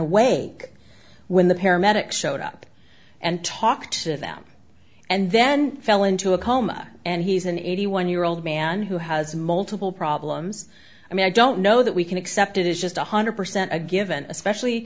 away when the paramedics showed up and talked to them and then fell into a coma and he's an eighty one year old man who has multiple problems i mean i don't know that we can accept it is just one hundred percent a given especially